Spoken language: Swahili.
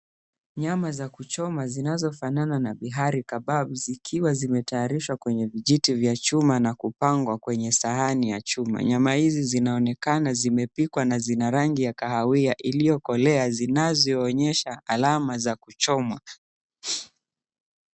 Nyama za kuchoma zinazofanana na bihari kebab zikiwa zimetayarishwa kwenye vijiti vya chuma na kupangwa kwenye sahani ya chuma. Nyama hizi zinaonekana zimepikwa na zina rangi ya kahawia iliyokolea zinazoonyesha alama za kuchomwa.